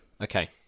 Okay